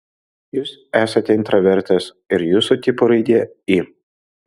jūs esate intravertas ir jūsų tipo raidė i